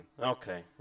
Okay